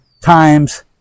times